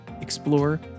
explore